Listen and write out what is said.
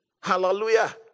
Hallelujah